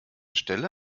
stelle